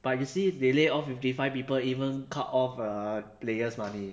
but you see they lay off fifty five people even cut off err player's money